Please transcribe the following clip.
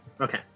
Okay